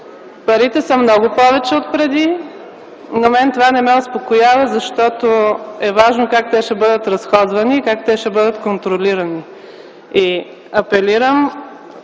Парите са много повече отпреди, но мен това не ме успокоява, защото е важно как те ще бъдат разходвани, как те ще бъдат контролирани.